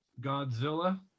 godzilla